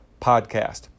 podcast